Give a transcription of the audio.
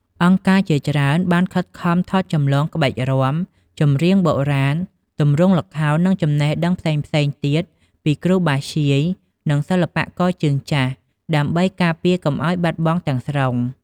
អង្គការជាច្រើនបានខិតខំថតចម្លងក្បាច់របាំ ចម្រៀងបុរាណ ទម្រង់ល្ខោន និងចំណេះដឹងផ្សេងៗទៀតពីគ្រូបាធ្យាយ និងសិល្បករជើងចាស់ ដើម្បីការពារកុំឱ្យបាត់បង់ទាំងស្រុង។